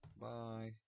bye